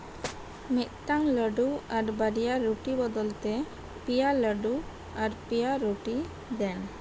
ᱢᱤᱫᱴᱟᱱ ᱞᱟᱹᱰᱩ ᱟᱨ ᱵᱟᱨᱭᱟ ᱨᱩᱴᱤ ᱵᱚᱫᱚᱞ ᱛᱮ ᱯᱮᱭᱟ ᱞᱟᱹᱰᱩ ᱟᱨ ᱯᱮᱭᱟ ᱨᱩᱴᱤ ᱫᱮᱱ